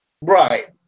Right